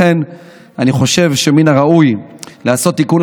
לכן אני חושב שמן הראוי לעשות תיקון